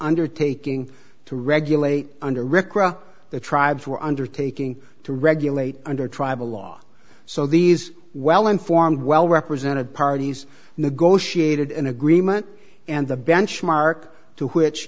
undertaking to regulate under record the tribes were undertaking to regulate under tribal law so these well informed well represented parties negotiated an agreement and the benchmark to which